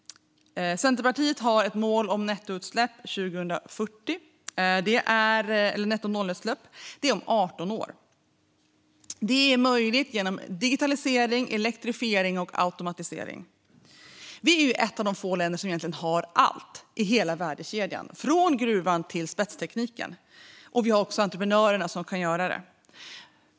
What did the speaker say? Centerpartiet har ett mål om nettonollutsläpp 2040 - det är om 18 år. Det är möjligt genom digitalisering, elektrifiering och automatisering. Vi är ju ett av de få länder som egentligen har allt i hela värdekedjan - från gruvan till spetstekniken. Vi har också entreprenörerna som kan göra det.